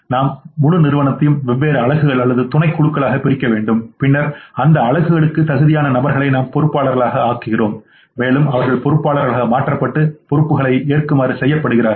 நாம் முழு நிறுவனத்தையும் வெவ்வேறு அலகுகள் மற்றும் துணைக்குழுக்களாகப் பிரிக்கிறோம் பின்னர் அந்த அலகுகளுக்கு தகுதியான நபர்களை நாம் பொறுப்பாளர்களாக ஆக்குகிறோம் மேலும் அவர்கள் பொறுப்பாளர்களாக மாற்றப்பட்டு பொறுப்புகளை ஏற்குமாறு செய்யப்படுகிறார்கள்